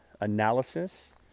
Analysis